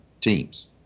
teams